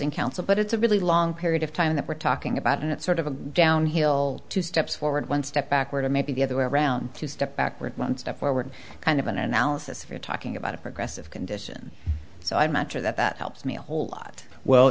opposing counsel but it's a really long period of time that we're talking about and it's sort of a downhill two steps forward one step backward or maybe the other way around to step backward one step forward kind of an analysis of you're talking about a progressive condition so i'm not sure that that helps me a whole lot well